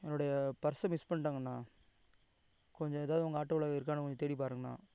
என்னோடைய பர்ஸ்ஸை மிஸ் பண்ணிவிட்டேங்கண்ணா கொஞ்சம் ஏதாவது உங்கள் ஆட்டோவில் இருக்கான்னு கொஞ்சம் தேடிப் பாருங்கண்ணா